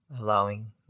allowing